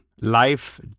life